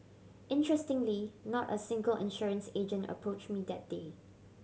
interestingly not a single insurance agent approached me that day